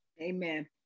Amen